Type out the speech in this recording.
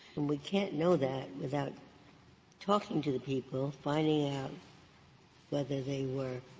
and we can't know that without talking to the people, finding out whether they were